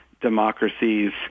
democracies